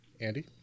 Andy